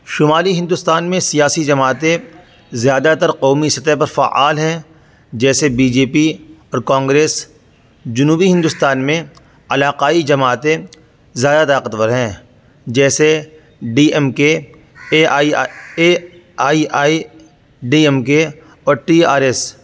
شمالی ہندوستان میں سیاسی جماعتیں زیادہ تر قومی سطح پر فعال ہیں جیسے بی جے پی اور کانگریس جنوبی ہندوستان میں علاقائی جماعتیں زیادہ طاقت ور ہیں جیسے D M K A I A I I D M K اور ٹی آر ایس